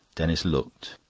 denis looked.